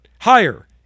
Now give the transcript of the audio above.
Higher